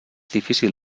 difícil